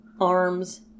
arms